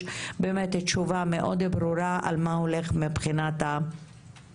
באמת תשובה מאוד ברורה על כל מה שקורה גם מבחינת המשא